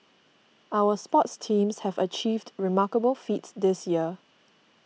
our sports teams have achieved remarkable feats this year